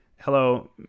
Hello